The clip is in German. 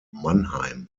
mannheim